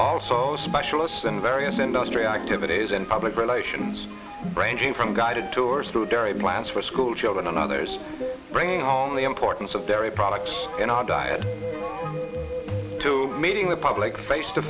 also specialise in various industrial activities in public relations ranging from guided tours through diet plans for schoolchildren and others bringing on the importance of dairy products in our diet to meeting the public face to